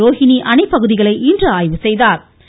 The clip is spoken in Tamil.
ரோகிணி அணை பகுதிகளை இன்று ஆய்வு செய்தாா்